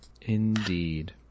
indeed